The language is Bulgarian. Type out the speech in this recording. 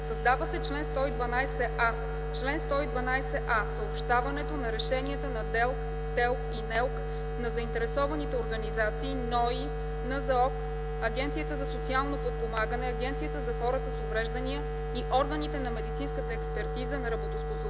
Създава се чл. 112а: „Чл. 112а. Съобщаването на решенията на ДЕЛК, ТЕЛК и НЕЛК на заинтересованите организации - НОИ, НЗОК, Агенцията за социално подпомагане, Агенцията за хората с увреждания и органите на медицинската експертиза на работоспособността,